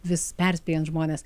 vis perspėjant žmones